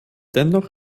dennoch